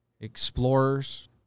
explorers